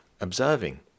observing